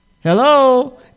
Hello